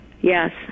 Yes